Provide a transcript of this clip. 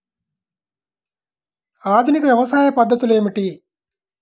ఆధునిక వ్యవసాయ పద్ధతులు ఏమిటి?